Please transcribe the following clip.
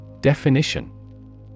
Definition